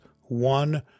one